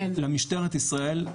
למשטרת ישראל,